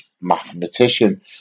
mathematician